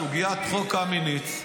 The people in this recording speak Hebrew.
סוגיית חוק קמיניץ,